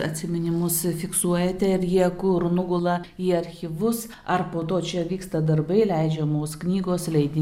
atsiminimus fiksuojate ir jie kur nugula į archyvus ar po to čia vyksta darbai leidžiamos knygos leidiniai